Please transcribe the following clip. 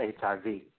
HIV